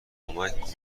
کمک